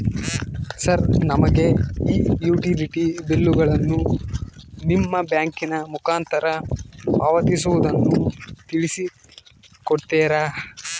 Sir ನಮಗೆ ಈ utility ಬಿಲ್ಲುಗಳನ್ನು ನಿಮ್ಮ ಬ್ಯಾಂಕಿನ ಮುಖಾಂತರ ಪಾವತಿಸುವುದನ್ನು ತಿಳಿಸಿ ಕೊಡ್ತೇರಾ?